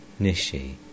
Nishi